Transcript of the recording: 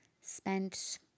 spent